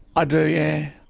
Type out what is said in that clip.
ah do, yeah,